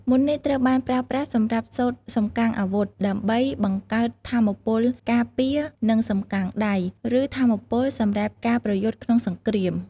មន្តនេះត្រូវបានប្រើប្រាស់សម្រាប់សូត្រសំកាំងអាវុធ ដើម្បីបង្កើតថាមពលការពារ និងសំកាំងដៃ ឬថាមពលសម្រាប់ការប្រយុទ្ធក្នុងសង្គ្រាម។